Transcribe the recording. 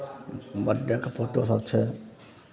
बड्डेके फोटोसभ छै